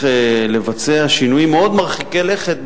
כי מאז לא מפרטים,